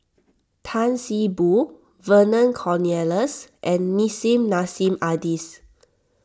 Tan See Boo Vernon Cornelius and Nissim Nassim Adis